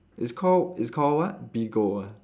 it's called it's called what Bigo ah